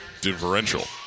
differential